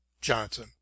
Johnson